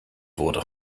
wurde